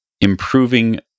improving